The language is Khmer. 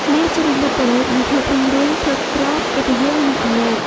មាស ជានិមិត្តរូបនៃ ភាពរុងរឿង ភោគទ្រព្យ កិត្តិយស និងអំណាច។